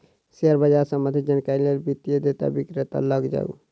share बाजार सम्बंधित जानकारीक लेल वित्तीय डेटा विक्रेता लग जाऊ